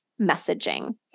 messaging